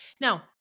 now